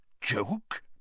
Joke